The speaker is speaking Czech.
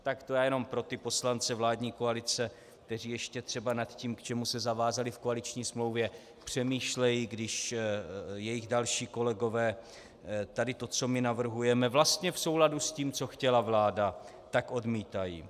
Tak to jenom pro ty poslance vládní koalice, kteří třeba ještě nad tím, k čemu se zavázali v koaliční smlouvě, přemýšlejí, když jejich další kolegové tady to, co my navrhujeme vlastně v souladu s tím, co chtěla vláda, odmítají.